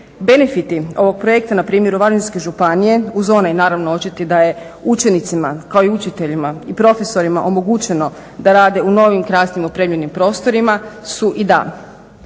Benefiti ovog projekta na primjeru Varaždinske županije uz onaj naravno očiti da je učenicima kao i učiteljima i profesorima omogućeno da rade u novim krasnim opremljenim prostorima su i da